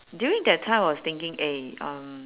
during that time I was thinking eh um